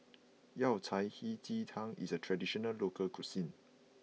Yao Cai Hei Ji Tang is a traditional local cuisine